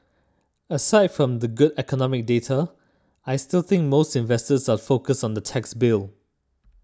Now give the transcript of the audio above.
aside from the good economic data I still think most investors are focused on the tax bill